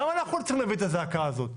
למה אנחנו צריכים להביא את הזעקה הזאת?